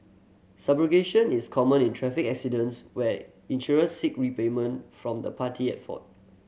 subrogation is common in traffic accidents where insurers seek repayment from the party at fault